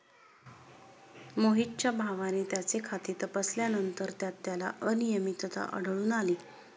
मोहितच्या भावाने त्याचे खाते तपासल्यानंतर त्यात त्याला अनियमितता आढळून आली